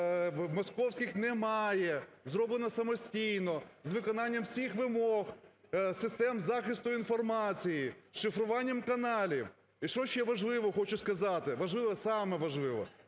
до московських не має, зроблено самостійно, з виконанням всіх вимог систем захисту інформації, з шифруванням каналів. І що ще важливо, хочу сказати. Важливе хочу сказати, важливе,